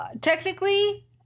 Technically